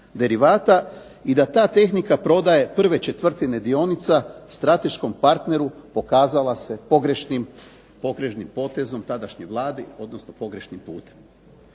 i da ta tehnika prodaje prve četvrtine dionica strateškom partneru pokazala se pogrešnim potezom tadašnje Vlade odnosno pogrešnim putem.